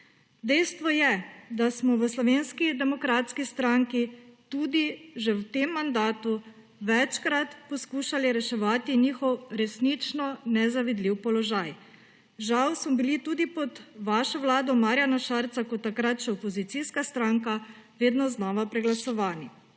Dejstvo je, da smo v Slovenski demokratski stranki tudi že v tem mandatu večkrat poskušali reševati njihov resnično nezavidljiv položaj. Žal smo bili tudi pod vašo vlado, Marjana Šarca, kot takrat še opozicijska stranka vedno znova preglasovani.